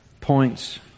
points